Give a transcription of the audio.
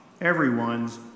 everyone's